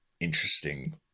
interesting